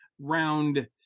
round